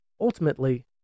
Ultimately